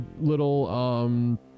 little